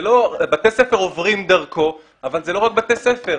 בתי ספר עוברים דרכו, אבל זה לא רק בתי ספר.